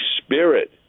Spirit